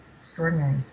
extraordinary